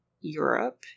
Europe